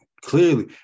clearly